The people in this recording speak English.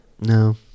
no